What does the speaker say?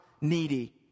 needy